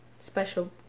special